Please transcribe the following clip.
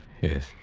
Yes